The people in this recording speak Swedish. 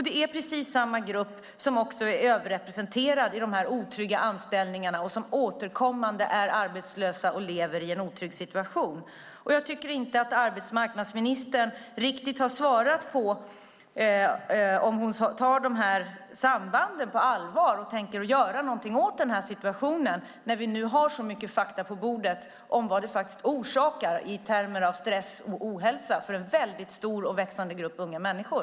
Det är precis samma grupp som är överrepresenterad i de otrygga anställningarna och som återkommande är arbetslösa och lever i en otrygg situation. Jag tycker inte att arbetsmarknadsministern riktigt har svarat på om hon tar dessa samband på allvar och tänker göra någonting åt situationen när vi nu har så mycket fakta på bordet om vad det faktiskt orsakar i termer av stress och ohälsa för en väldigt stor och växande grupp unga människor.